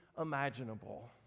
imaginable